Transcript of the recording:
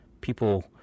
people –